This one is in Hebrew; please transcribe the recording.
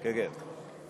כן כן.